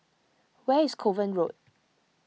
where is Kovan Road